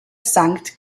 sankt